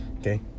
Okay